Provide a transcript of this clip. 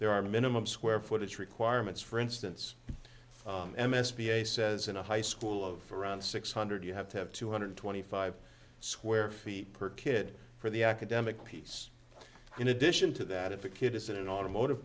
are minimum square footage requirements for instance m s p a says in a high school of around six hundred you have to have two hundred twenty five square feet per kid for the academic piece in addition to that if a kid is in an automotive